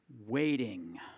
Waiting